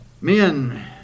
Men